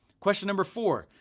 question number four,